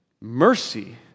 mercy